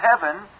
heaven